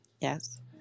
Yes